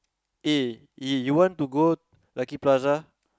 eh eh you want to go Lucky-Plaza